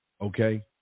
Okay